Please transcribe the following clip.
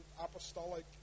Apostolic